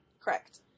Correct